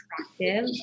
attractive